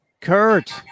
Kurt